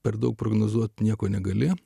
per daug prognozuoti nieko negali